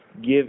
Give